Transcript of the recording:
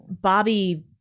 bobby